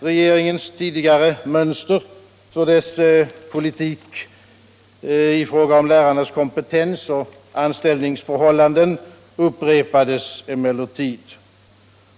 Regeringens tidigare mönster för sin politik i fråga om lärarnas kompetens och anställningsförhållanden upprepades emellertid.